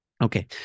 Okay